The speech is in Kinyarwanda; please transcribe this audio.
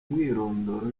umwirondoro